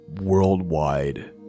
worldwide